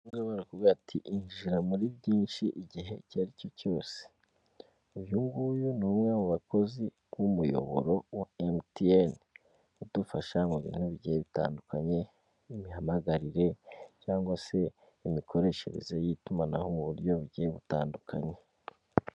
Aba ngaha barakubwira bati injira muri byinshi igihe icyo aricyo cyose. Uyu nguyu ni umwe mu bakozi b'umuyoboro wa mtn, udufasha mu bintu bigiye bitandukanye. Imihamagarire cyangwa se imikoreshereze y'itumanaho mu buryo bugiye butandukanye.